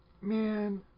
Man